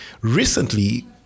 Recently